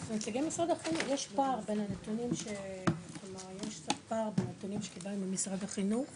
יש פער בין הנתונים שקיבלנו ממשרד החינוך